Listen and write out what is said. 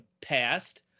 passed